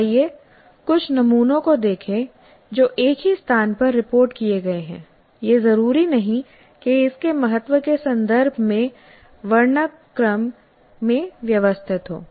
आइए कुछ नमूनों को देखें जो एक ही स्थान पर रिपोर्ट किए गए हैं ये जरूरी नहीं कि इसके महत्व के संदर्भ में वर्णानुक्रम में व्यवस्थित हों